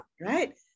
right